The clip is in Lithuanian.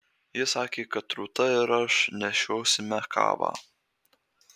jis sakė kad rūta ir aš nešiosime kavą